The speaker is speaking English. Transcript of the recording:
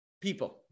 People